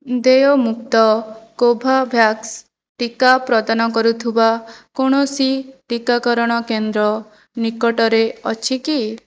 ଦେୟମୁକ୍ତ କୋଭୋଭ୍ୟାକ୍ସ ଟିକା ପ୍ରଦାନ କରୁଥିବା କୌଣସି ଟିକାକରଣ କେନ୍ଦ୍ର ନିକଟରେ ଅଛି କି